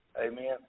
Amen